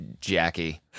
Jackie